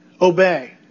obey